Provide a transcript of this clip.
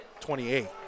28